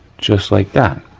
just like that.